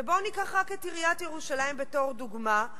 ובואו ניקח רק את עיריית ירושלים בתור דוגמה.